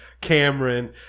cameron